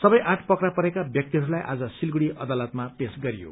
सवै आठ पक्रा परेका व्यक्तिहरूलाई आज सिलगढ़ी अदालतमा पेश गरियो